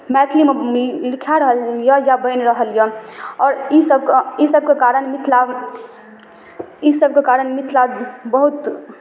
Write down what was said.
मैथिलीमे लिखाए रहल यए या बनि रहल यए आओर ईसभके ईसभके कारण मिथिला ईसभके कारण मिथिला बहुत